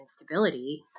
instability